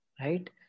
right